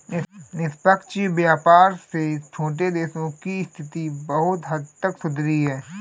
निष्पक्ष व्यापार से छोटे देशों की स्थिति बहुत हद तक सुधरी है